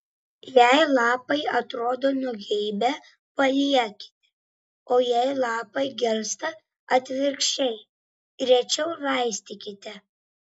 jei lapai atrodo nugeibę paliekite o jei lapai gelsta atvirkščiai rečiau laistykite